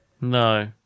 No